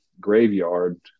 graveyard